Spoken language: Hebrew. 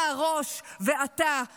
אתה הראש ואתה אשם.